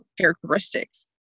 characteristics